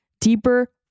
deeper